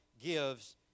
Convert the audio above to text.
gives